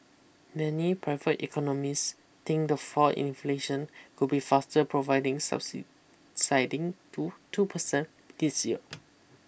many private economists think the fall inflation could be faster providing subsiding to two percent this year